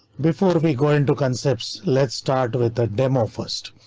before we go into concepts, let's start with the demo first.